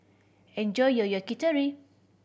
enjoy your Yakitori